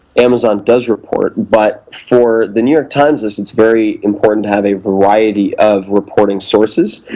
amazon does report, but for the new york times list it's very important to have a variety of reporting sources,